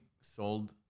sold